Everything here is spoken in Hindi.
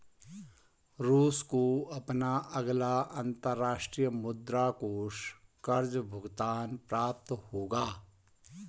रूस को अपना अगला अंतर्राष्ट्रीय मुद्रा कोष कर्ज़ भुगतान प्राप्त होगा